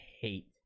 hate